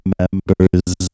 members